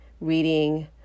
reading